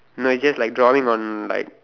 no is just like drawing on like